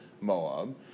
Moab